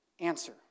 answer